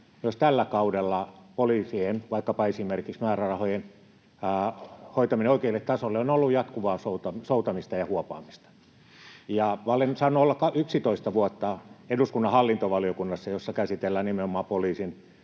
myös tällä kaudella vaikkapa esimerkiksi poliisien määrärahojen hoitaminen oikealle tasolle on ollut jatkuvaa soutamista ja huopaamista. Minä olen saanut olla 11 vuotta eduskunnan hallintovaliokunnassa, jossa käsitellään nimenomaan poliisin,